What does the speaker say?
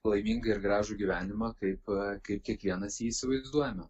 laimingą ir gražų gyvenimą kaip kaip kiekvienas jį įsivaizduojame